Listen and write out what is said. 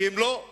כי אם לא,